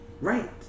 Right